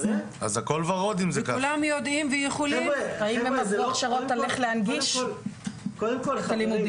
קודם כל לא הכל ורוד,